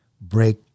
break